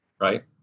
right